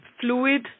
fluid